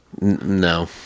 no